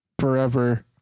forever